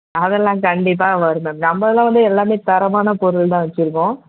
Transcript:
அதெல்லாம் கண்டிப்பாக வரும் மேம் நம்ப இதில் வந்து எல்லாமே தரமான பொருள் தான் வச்சுருக்கோம்